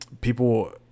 people